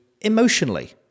emotionally